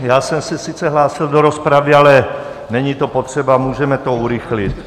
Sice jsem se hlásil do rozpravy, ale není to potřeba, můžeme to urychlit.